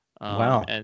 Wow